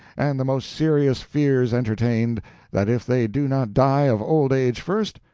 and the most serious fears entertained that if they do not die of old age first,